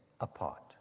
apart